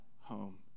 home